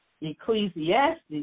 Ecclesiastes